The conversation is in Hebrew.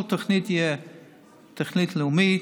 כל תוכנית תהיה תוכנית לאומית,